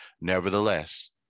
nevertheless